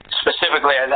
specifically